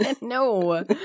No